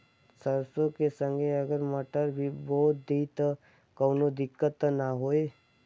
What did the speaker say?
सरसो के संगे अगर मटर भी बो दी त कवनो दिक्कत त ना होय?